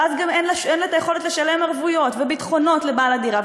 ואז גם אין לה יכולת לשלם ערבויות וביטחונות לבעל הדירה,